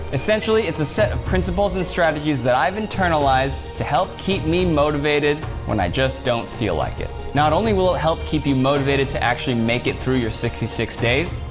essentially, it's a set of principles and strategies that i've internalized to help keep me motivated when i just don't feel like it. not only will it ah help keep you motivated to actually make it through your sixty six days,